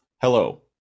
hello